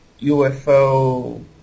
UFO